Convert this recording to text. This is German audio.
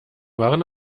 waren